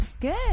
Good